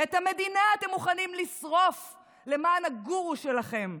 את המדינה אתם מוכנים לשרוף למען הגורו שלכם,